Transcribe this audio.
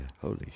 holy